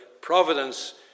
providence